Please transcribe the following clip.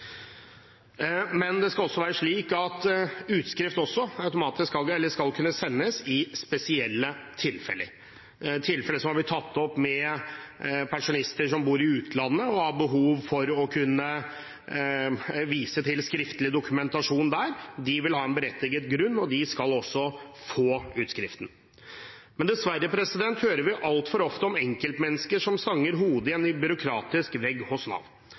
Det skal også være slik at utskrift skal kunne sendes i spesielle tilfeller. Tilfeller som har blitt tatt opp, er pensjonister som bor i utlandet og som har behov for å kunne vise til skriftlig dokumentasjon der. De vil ha en berettiget grunn, og de skal også få utskriften. Men dessverre hører vi altfor ofte om enkeltmennesker som stanger hodet i en byråkratisk vegg hos Nav.